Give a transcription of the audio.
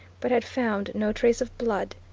but had found no trace of blood.